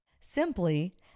Simply